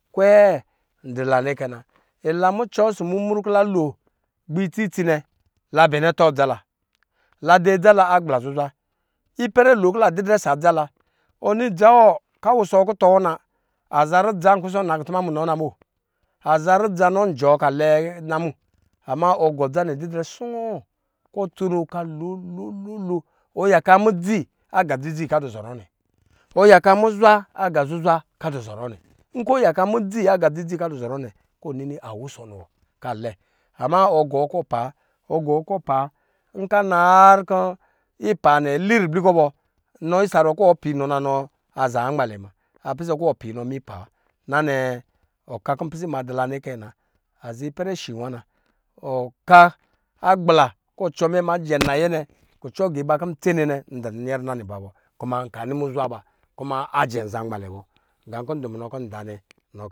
Kwɛɛ dula nɛkɛ na. Ila mucɔ ɔsɔ mumru kɔ la lo gbɛ itsi itsi nɛ la bɛnɛ atɔ adzala la du adza la agbla zuzwa ipɛrɛ lokɔ la didrɛ ɔsɔ adza la, ɔni dza wɔ kɔ awusɔ kutɔ wɔ na aza rudza kɔ a kɔsɔ nakutuma munɔ na bo, aza rudza nɔn ɔsɔ kɔ alɛ na mu, ama ɔgɔ dza nɛ didrɛ sɔɔ kɔ atsono ka lolololo yaka mundza aga dzidzi kɔ adɔ zɔrɔ nɛ ɔyaka muzwa aga zuzwa kɔ adɔ zɔrɔ nɛ nkɔ ɔ yaka mudzi aga dzidzi kɔ a dɔ zɔrɔ nɛ kɔ ɔna alɛ ama ɔ gɔɔ kɔ opaa ɔ gɔɔ kɔ ɔ paaa nkɔ ana har kɔ ipa nɛ li bible kɔ bɔ nɔ isa ruwɔ kɔ ɔ paa inɔ na nɔ azaa inɔ nmalɛ muna apis kɔ ɔ paa mipa wa. Na nɛɛ ɔka kɔ npisɛ ma dula nɛ kɛ nɛ na, azaa ipɛrɛ shi nwana ɔka agbla kɔ ɔsɔ mɛ ma ma jɛn nayɛ nɛ kucɔ agiba kɔ ndu tsene nɛ ndu nyɛrina niba ba kuma nka nimu zwa ba kuma anjɛn dɔ za nmalɛ bɔ. Nga kɔ ndɔ munɔ kɔ nda nɛ.